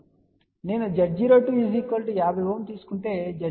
కాబట్టి నేను Z02 50 తీసుకుంటే Z01 70